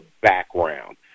background